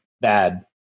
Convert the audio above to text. bad